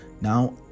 Now